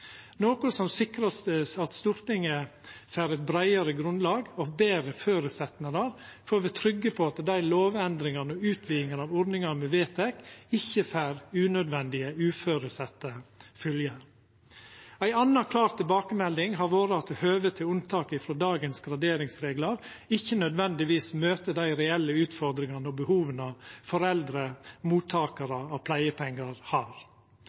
noko som sikrar at Stortinget får eit breiare grunnlag og betre føresetnader for å vera trygg på at dei lovendringar og utvidingar av ordningar me vedtek, ikkje får unødvendige og uføresette fylgjer. Ei anna klar tilbakemelding har vore at høvet til unntak frå dagens graderingsreglar ikkje nødvendigvis møter dei reelle utfordringane og behova foreldre og mottakarar av pleiepengar har.